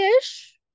ish